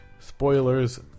spoilers